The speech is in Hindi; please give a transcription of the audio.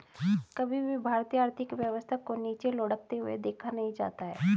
कभी भी भारतीय आर्थिक व्यवस्था को नीचे लुढ़कते हुए नहीं देखा जाता है